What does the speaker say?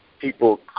people